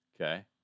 Okay